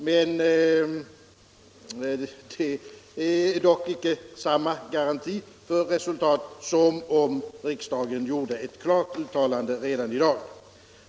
Det är dock icke samma garanti för resultat som om riksdagen gjorde ett klart uttalande redan i dag.